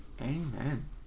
Amen